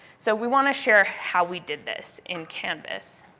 so we want to share how we did this in canvas.